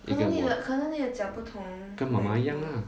一个摩跟妈妈一样啦